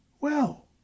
Well